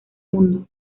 mundo